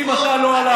לא,